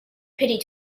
pity